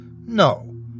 no